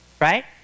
right